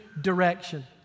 direction